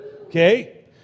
Okay